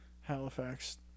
Halifax